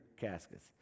caskets